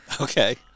Okay